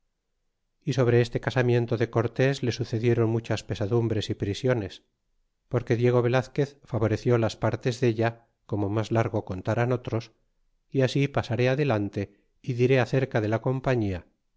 y sobre este casamiento de cortés le sucedieron muchas pesadumbres y prisiones porque diego velazquez favoreció las partes della como mas largo contarán otros y así pasaré adelante y diré acerca de la compañía